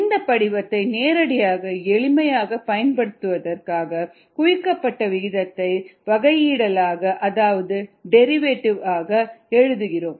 இந்த படிவத்தை நேரடியாக எளிமையாக பயன்படுத்துவதற்காக குவிக்கப்பட்ட விகிதத்தை வகையிடலாக அதாவது டெரிவேட்டிவ் ஆக எழுதுகிறோம்